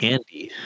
Andy